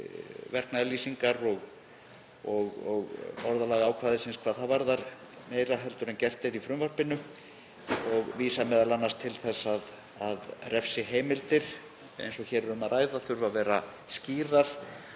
verknaðarlýsingar og orðalag ákvæðisins hvað það varðar, meira en gert er í frumvarpinu, og vísar m.a. til þess að refsiheimildir, eins og hér er um að ræða, þurfi að vera skýrar